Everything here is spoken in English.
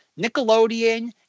Nickelodeon